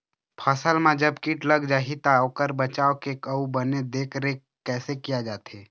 फसल मा जब कीट लग जाही ता ओकर बचाव के अउ बने देख देख रेख कैसे किया जाथे?